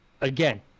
again